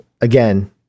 again